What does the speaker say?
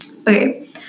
Okay